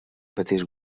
petits